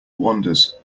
wanders